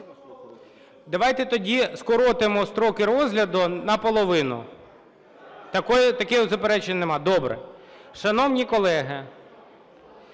Давайте тоді скоротимо строки розгляду наполовину. Таких заперечень немає? Добре. Шановні колеги,